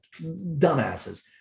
dumbasses